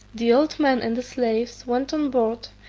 the old man and the slaves went on board,